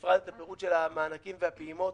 בפרט את הפירוט של המענקים והפעימות.